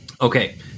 okay